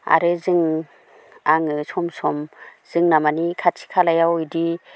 आरो जोङो आङो सम सम जोंना माने खाथि खालायाव इदि